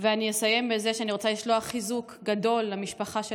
אני אסיים בזה שאני רוצה לשלוח חיזוק גדול למשפחה של